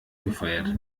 gefeiert